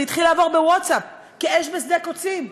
זה התחיל לעבור בווטסאפ כאש בשדה קוצים.